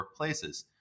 workplaces